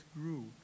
grew